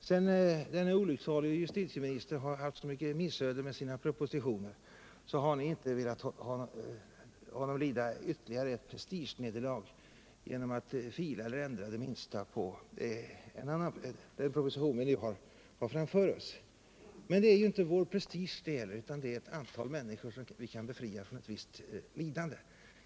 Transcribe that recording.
Sedan denne olycksalige justitieminister har haft så många missöden med sina propositioner har ni inte velat låta honom lida ytterligare ett prestigenederlag genom att fila eller ändra det Nr 93 minsta på den proposition vi nu har framför oss. Men det gäller ju inte vår prestige, utan det gäller ett antal människor som vi kan befria från ett visst lidande.